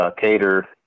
Cater